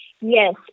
Yes